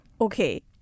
Okay